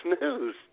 News